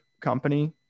company